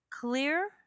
clear